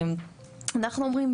אנחנו אומרים,